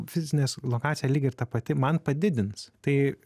fizinės lokacija lyg ta pati man padidins tai